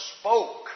spoke